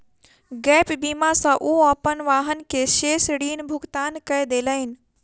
gap बीमा सॅ ओ अपन वाहन के शेष ऋण भुगतान कय देलैन